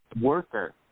worker